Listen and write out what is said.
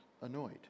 annoyed